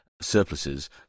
surpluses